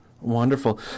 Wonderful